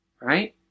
right